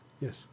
yes